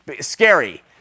Scary